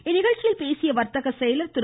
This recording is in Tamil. இந்நிகழ்ச்சியில் பேசிய வர்த்தக செயலர் திரு